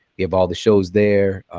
we have all the shows there.